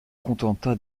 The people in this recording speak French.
contenta